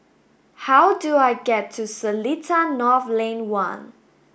how do I get to Seletar North Lane one